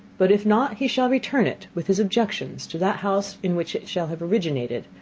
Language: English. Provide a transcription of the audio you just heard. but if not he shall return it, with his objections to that house in which it shall have originated,